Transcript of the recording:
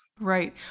Right